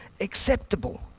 acceptable